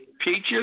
peaches